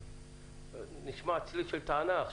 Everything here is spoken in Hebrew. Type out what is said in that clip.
נשמע צליל של טענה.